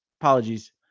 Apologies